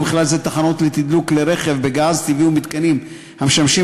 ובכלל זה תחנות לתדלוק כלי רכב בגז טבעי ומתקנים המשמשים